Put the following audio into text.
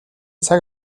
цаг